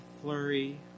flurry